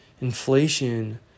Inflation